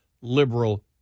liberal